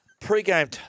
Pre-game